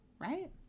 right